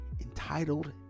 Entitled